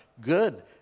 good